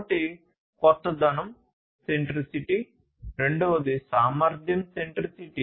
ఒకటి కొత్తదనం సెంట్రిసిటీ రెండవది సామర్థ్యం సెంట్రిసిటీ